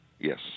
Yes